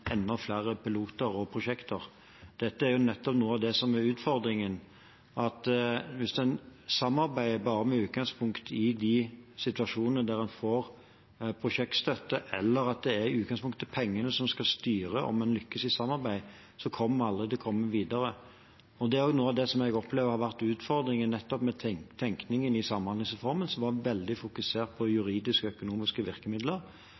enda flere piloter og prosjekter. Dette er jo nettopp noe av det som er utfordringen: Hvis en samarbeider bare med utgangspunkt i de situasjonene der en får prosjektstøtte, eller at det i utgangspunktet er pengene som skal styre om en lykkes i samarbeid, vil vi aldri komme videre. Det er noe av det jeg opplever har vært utfordringen med tenkningen i samhandlingsreformen, som var veldig fokusert på juridiske og økonomiske virkemidler,